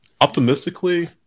optimistically